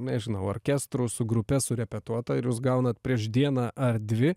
nežinau orkestru su grupe surepetuota ir jūs gaunat prieš dieną ar dvi